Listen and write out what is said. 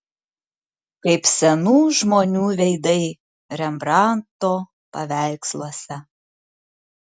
kaip senų žmonių veidai rembrandto paveiksluose